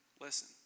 listen